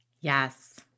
Yes